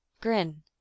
Grin